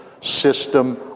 system